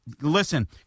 listen